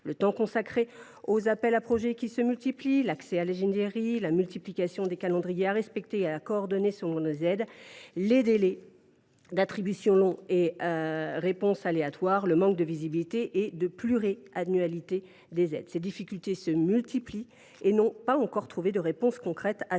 le temps à consacrer aux appels à projets qui se multiplient, l’accès à l’ingénierie, le nombre croissant de calendriers à respecter et à coordonner selon les aides, les délais d’attribution longs, les réponses aléatoires ou encore le manque de visibilité et de pluriannualité des aides. Ces difficultés se multiplient et n’ont pas trouvé de réponse concrète à ce jour,